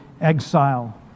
exile